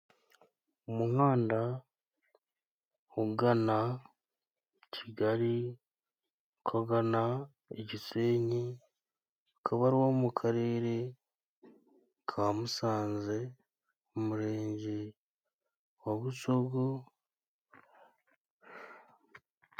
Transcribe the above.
Umuhanda ugana Kigali, ukagana i Gisenyi. Ukaba ari uwo mu karere ka Musanze, umurenge wa Busogo.